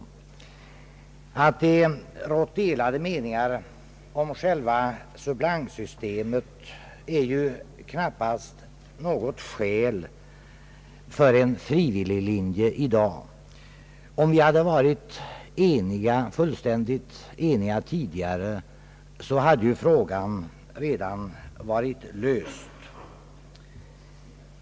Att det rått delade meningar om själva suppleantsystemet är knappast något skäl för en frivilliglinje i dag. Om vi hade varit fullständigt eniga tidigare, hade ju frågan redan varit löst.